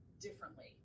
differently